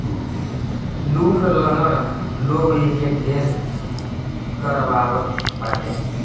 लूल, लंगड़ लोग एके ढेर करवावत बाटे